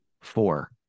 four